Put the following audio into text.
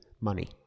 money